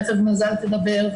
תיכף מזל תדבר,